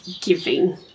giving